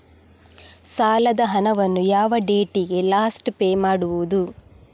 ಸಾಲದ ಹಣವನ್ನು ಯಾವ ಡೇಟಿಗೆ ಲಾಸ್ಟ್ ಪೇ ಮಾಡುವುದು?